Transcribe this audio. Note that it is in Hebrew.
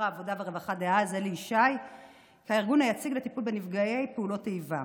העבודה והרווחה דאז אלי ישי הארגון היציג לטיפול בנפגעי פעולות איבה.